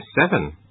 seven